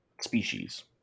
species